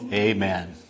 amen